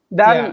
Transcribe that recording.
dan